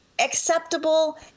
acceptable